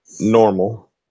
normal